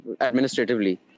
administratively